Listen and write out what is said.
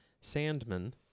Sandman